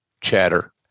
chatter